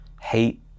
hate